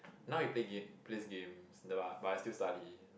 now he play game plays games the but but he still study